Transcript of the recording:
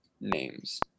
names